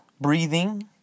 Breathing